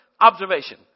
Observation